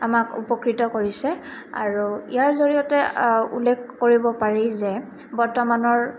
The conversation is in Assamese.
আমাক উপকৃত কৰিছে আৰু ইয়াৰ জৰিয়তে উল্লেখ কৰিব পাৰি যে বৰ্তমানৰ